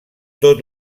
tot